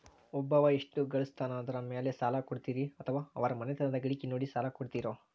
ಒಬ್ಬವ ಎಷ್ಟ ಗಳಿಸ್ತಾನ ಅದರ ಮೇಲೆ ಸಾಲ ಕೊಡ್ತೇರಿ ಅಥವಾ ಅವರ ಮನಿತನದ ಗಳಿಕಿ ನೋಡಿ ಸಾಲ ಕೊಡ್ತಿರೋ?